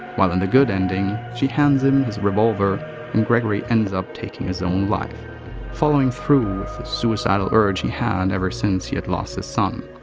while in the good ending, she hands him his revolver and gregory ends up taking his own life following through the suicidal urge he had ever since he lost his son.